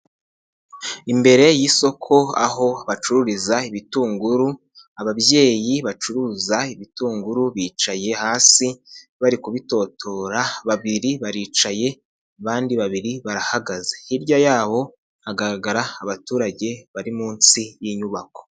Imbere y'isoko aho bacururiza ibitunguru, ababyeyi bacuruza ibitunguru bicaye hasi bari kubitotora, babiri baricaye, abandi babiri barahagaze, hirya yaho hagaragara abaturage bari munsi y'inyubako.